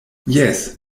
jes